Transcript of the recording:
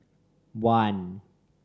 one